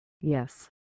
Yes